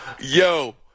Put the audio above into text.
Yo